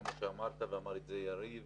כמו שאמרת ואמר גם יריב,